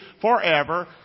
forever